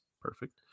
perfect